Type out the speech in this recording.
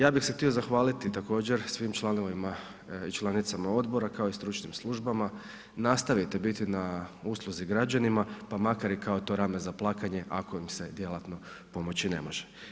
Ja bi se htio zahvaliti također svim članovima i članicama odbora kao i stručnim službama, nastaviti biti na usluzi građanima pa makar i kao to rame za plakanje ako im se djelatno pomoći ne može.